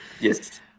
yes